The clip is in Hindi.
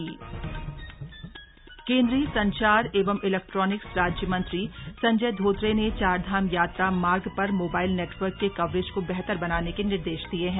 इंटरनेट सुविधा समीक्षा केंद्रीय संचार एवं इलेक्ट्रॉनिक्स राज्य मंत्री संजय धोत्रे ने चारधाम यात्रा मार्ग पर मोबाइल नेटवर्क के कवरेज को बेहतर बनाने के निर्देश दिये हैं